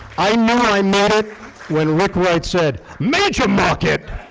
i know i made it when rick wright said, major market,